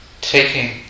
taking